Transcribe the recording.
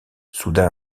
soudain